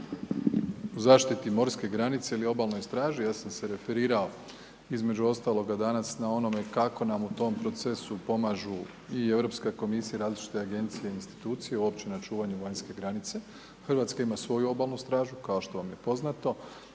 o zaštiti morske granice ili obalnoj straži, ja sam se referirao, između ostaloga danas na onome kako nam u tom procesu pomažu i Europska komisija, i različite agencije, i institucije, uopće na čuvanju vanjske granice, Hrvatska ima svoju obalnu stražu kao što vam je poznato,